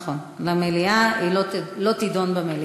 סליחה, נכון, למליאה, היא לא תידון במליאה.